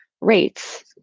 rates